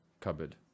cupboard